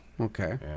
Okay